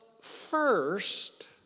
First